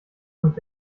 mit